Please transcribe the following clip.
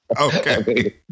Okay